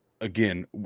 Again